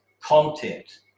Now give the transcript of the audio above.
content